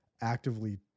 actively